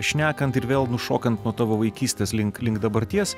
šnekant ir vėl nušokant nuo tavo vaikystės link link dabarties